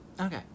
Okay